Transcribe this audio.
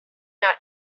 not